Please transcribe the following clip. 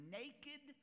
naked